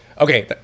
okay